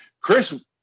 Chris